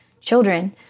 children